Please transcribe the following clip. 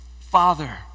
father